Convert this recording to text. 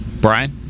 Brian